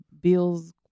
bills